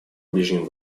ближнем